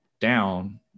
down